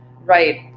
right